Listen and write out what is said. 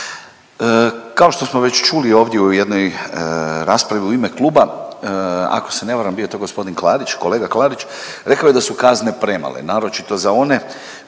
Kao što smo već čuli ovdje u jednoj raspravi u ime kluba, ako se ne varam bio je to gospodin Klarić, kolega Klarić. Rekao je da su kazne premale, naročito za one